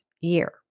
year